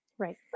Right